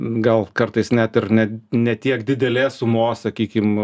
gal kartais net ir ne ne tiek didelės sumos sakykim